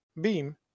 Beam